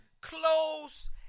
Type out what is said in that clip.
close